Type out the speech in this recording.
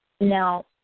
Now